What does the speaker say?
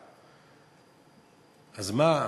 אז מה,